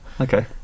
okay